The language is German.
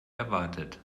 erwartet